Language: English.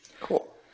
cool